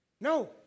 No